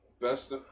Best